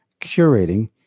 curating